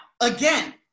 again